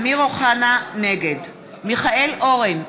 נגד מיכאל אורן,